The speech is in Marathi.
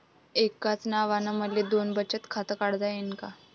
एकाच नावानं मले दोन बचत खातं काढता येईन का?